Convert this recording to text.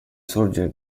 sorgere